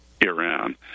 Iran